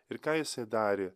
ir ką jis darė